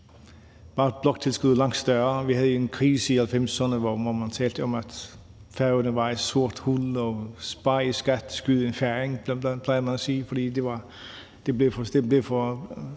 tid var bloktilskuddet jo langt større, og vi havde jo en krise i 1990'erne, hvor man talte om, at Færøerne var et sort hul – spar i skat, skyd en færing, plejede man at sige, fordi det blev for